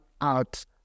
out